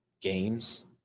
games